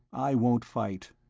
i won't fight.